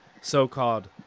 so-called